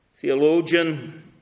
theologian